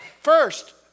First